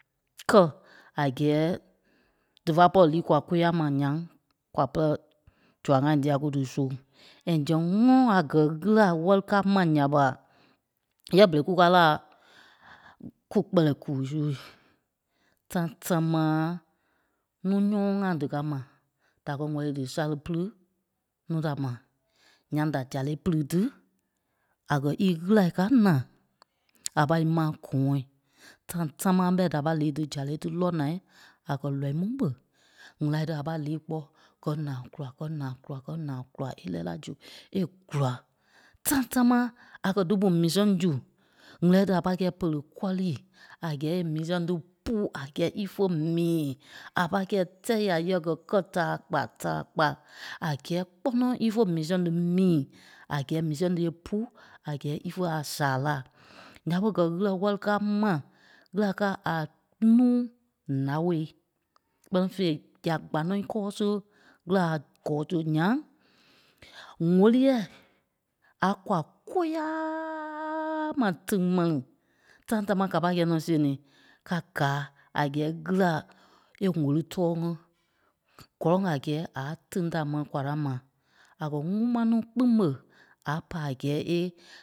Kɛ̀ a gɛ́ɛ difa pɔri lii kwaa kóyaa mai nyaŋ kwa pɛlɛ zua-ŋai dia kú dí zóŋ and zɛŋ ŋɔnɔ a gɛ́ ɣîla a wɛli káa mai nya ɓa yɛɛ berei kúkaa la ku kpɛlɛɛ kuu su. Time támaa nuu nyɔ́mɔɔ-ŋai díkaa mai da kɔ wɛ́li dísale pilii nuu da mai nyaŋ da zale pili tí a kɛ́ íɣîla káa naa a pâi í mai gɔ̃ɔŋ. Time támaa ɓɛi da pâi lii dí zale tí lɔ́ naa, a kɛ lɔ́ii mu ɓé ɣîla tí a pai lii kpɔ́ kɛ́ naa gula kɛ́ naa gula kɛ́ naa gula é lɛɛ la zu é gúla. Time támaa a kɛ́ dí bu mii sɛŋ zui ɣîla tí a pâi pere kɔri a gɛ́ɛ e mii sɛŋ tí pú a gɛ́ɛ ífe mii a pâi kɛi tɛ́ ya yɛkɛ kɛ́ taa kpa tàa kpa a gɛ́ɛ kpɔnɔ ífe mii sɛŋ tí mii a gɛ́ɛ mii sɛŋ tí é pù a gɛ́ɛ ífe a saa laa. Nya ɓé gɛ́ ɣîla wɛli káa mai. Ɣîla káa a nuu nào kpɛ́ni fêi nya kpa nɔ́ íkɔɔ siɣe ɣîla a kɔɔ sìɣe nyaŋ wóliɛɛ a kwaa kóyaaaaaaaaaaaaaaaa ma tìŋ mɛni. Time támaa ká pai kɛi nɔ́ see-ní ka gáa a gɛ́ɛ ɣîla é wòli tɔɔ ŋí kɔlɔŋ a gɛ́ɛ a tiŋ da mɛni kwaa da mai. A kɛ́ ŋúmaa nuu kpîŋ ɓé a pai a gɛ́ɛ é